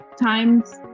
times